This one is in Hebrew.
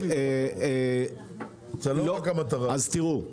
אז תראו,